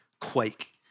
quake